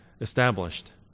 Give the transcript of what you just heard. established